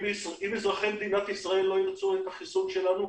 אם אזרחי מדינת ישראל לא ירצו את החיסון שלנו,